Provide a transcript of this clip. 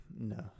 No